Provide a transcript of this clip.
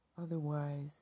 Otherwise